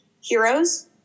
heroes